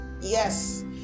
yes